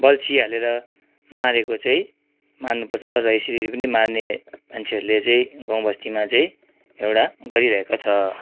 बल्छी हालेर मारेको चाहिँ मार्नु पर्छ र यसरी पनि मार्ने मान्छेहरूले चाहिँ गाउँ बस्तीमा चाहिँ एउटा गरिरहेको छ